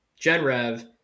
Genrev